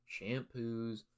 shampoos